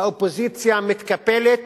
האופוזיציה מתקפלת